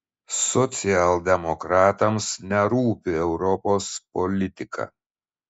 socialdemokratams nerūpi europos politika